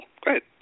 Great